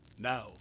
Now